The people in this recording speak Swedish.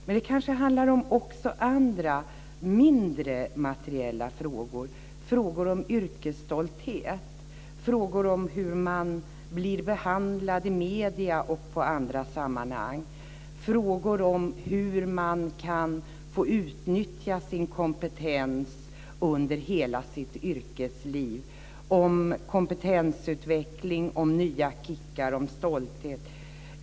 Men det kanske också handlar om andra mindre materiella frågor, frågor om yrkesstolthet, frågor om hur man blir behandlad i medierna och i andra sammanhang, frågor om hur man kan få utnyttja sin kompetens under hela sitt yrkesliv, om kompetensutveckling, om nya kickar och om stolthet. Fru talman!